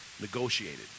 negotiated